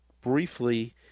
briefly